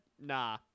nah